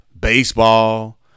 baseball